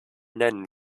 nennen